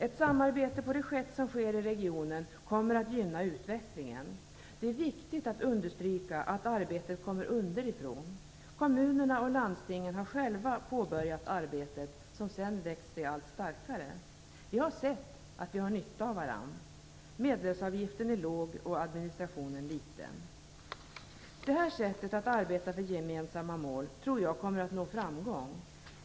Ett samarbete på det sätt som sker i regionen kommer att gynna utvecklingen. Det är viktigt att understryka att arbetet kommer underifrån. Kommunerna och landstingen har själva påbörjat arbetet som sedan växt sig allt starkare. Vi har sett att vi har nytta av varandra. Medlemsavgiften är låg och administrationen liten. Detta sätt att arbeta för gemensamma mål tror jag kommer att nå framgång.